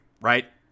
right